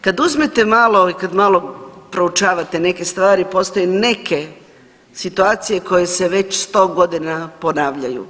Kad uzmete malo i kad malo proučavate neke stvari postoje neke situacije koje se već 100.g. ponavljaju.